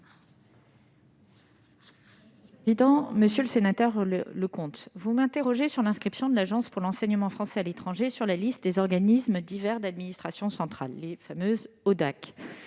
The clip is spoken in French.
ministre déléguée. Monsieur le sénateur Leconte, vous m'interrogez sur l'inscription de l'Agence pour l'enseignement français à l'étranger sur la liste des organismes divers d'administration centrale, les fameux ODAC,